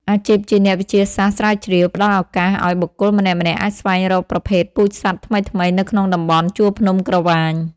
អាជីពជាអ្នកវិទ្យាសាស្ត្រស្រាវជ្រាវ ផ្តល់ឱកាសឱ្យបុគ្គលម្នាក់ៗអាចស្វែងរកប្រភេទពូជសត្វថ្មីៗនៅក្នុងតំបន់ជួរភ្នំក្រវាញ។